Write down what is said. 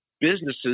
businesses